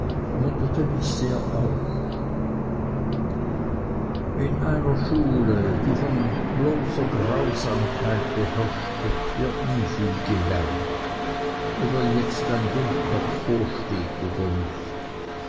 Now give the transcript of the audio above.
munterte mich sehr auf in einer schule die von bloßer grausamkeit beherrscht wird wird nie viel gelernt ob ihr jetzt ein dummkopf vorsteht oder nicht